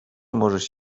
możesz